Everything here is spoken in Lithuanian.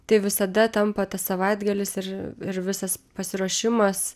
tai visada tampa tas savaitgalis ir ir visas pasiruošimas